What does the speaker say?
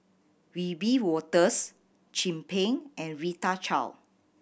Wiebe Wolters Chin Peng and Rita Chao